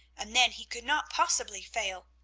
and then he could not possibly fail.